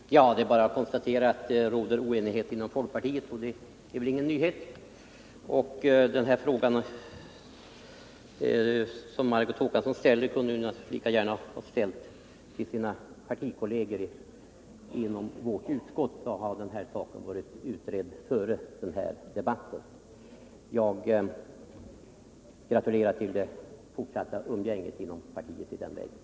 Herr talman! Det är bara att konstatera att det råder oenighet inom folkpartiet, och det är väl ingen nyhet. Den fråga som Margot Håkansson nu ställer till mig kunde hon lika gärna ha ställt till sina partikamrater i utskottet. Då hade saken varit utredd före den här debatten. Jag gratulerar till det - Nr 101 fortsatta umgänget inom partiet i den vägen.